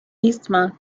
eastman